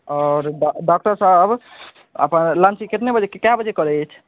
आओर डॉक्टर साहब आब अपन लंच कितने बजे कए बजे करै अछि